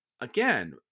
again